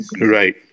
Right